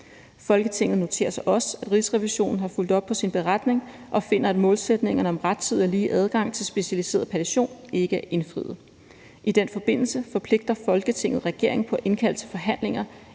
Folketinget noterer sig også, at Rigsrevisionen har fulgt op på sin beretning og finder, at målsætningerne om rettidig og lige adgang til specialiseret palliation ikke er indfriet. I den forbindelse forpligter Folketinget regeringen til at indkalde til forhandlinger